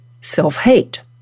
self-hate